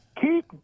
keep